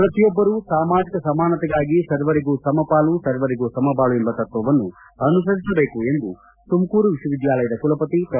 ಶ್ರತಿಯೊಬ್ಬರೂ ಸಾಮಾಜಿಕ ಸಮಾನತೆಗಾಗಿ ಸರ್ವರಿಗೂ ಸಮಪಾಲು ಸರ್ವರಿಗೂ ಸಮಬಾಳು ಎಂಬ ತತ್ವವನ್ನು ಅನುಸರಿಸಬೇಕು ಎಂದು ತುಮಕೂರು ವಿಶ್ವ ವಿದ್ಯಾನಿಲಯದ ಕುಲಪತಿ ಪ್ರೊ